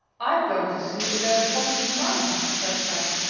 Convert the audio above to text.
i'm going to see if there's a pocket in mine, said kat.